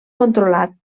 controlat